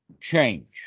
change